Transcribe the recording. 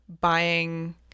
buying